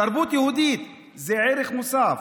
תרבות יהודית זה ערך מוסף.